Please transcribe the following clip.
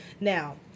Now